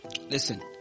Listen